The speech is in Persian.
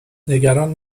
نگران